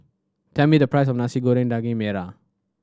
tell me the price of Nasi Goreng Daging Merah